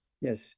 yes